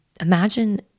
imagine